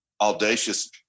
audacious